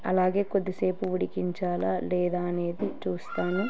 అలాగే కొద్దిసేపు ఉడికించాలా లేదా అనేది చూస్తాను